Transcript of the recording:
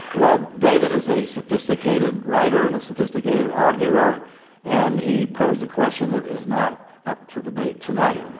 well, david is a sophisticated writer and a sophisticated arguer, and he posed a question that is not up for debate tonight.